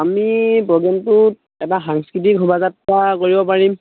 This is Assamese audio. আমি প্ৰগেমটোত এটা সাংস্কৃতিক শোভযাত্ৰা কৰিব পাৰিম